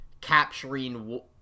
capturing